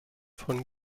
von